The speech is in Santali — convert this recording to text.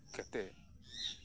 ᱠᱟᱛᱮᱜ